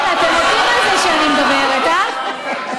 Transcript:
אתם מתים על זה שאני מדברת, הא?